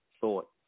thought